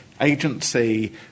agency